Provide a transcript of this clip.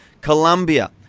colombia